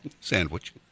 sandwich